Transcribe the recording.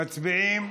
מצביעים.